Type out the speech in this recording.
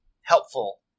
helpful